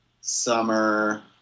summer